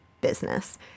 business